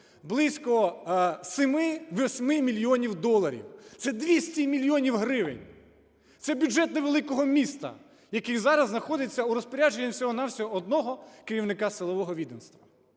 близько 7-8 мільйонів доларів. Це 200 мільйонів гривень! Це бюджет невеликого міста, який зараз знаходиться у розпорядженні всього-на-всього одного керівника силового відомства.